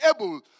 able